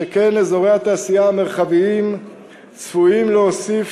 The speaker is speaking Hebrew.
שכן אזורי התעשייה המרחביים צפויים להוסיף